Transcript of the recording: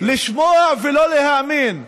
לשמוע ולא להאמין.